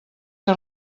que